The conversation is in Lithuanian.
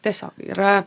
tiesiog yra